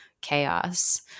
chaos